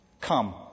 Come